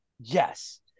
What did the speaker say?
Yes